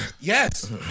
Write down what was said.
Yes